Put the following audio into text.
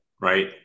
right